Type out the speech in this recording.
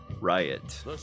Riot